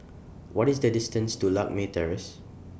What IS The distance to Lakme Terrace